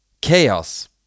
Chaos